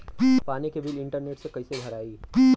पानी के bill internet से कइसे भराई?